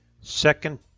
second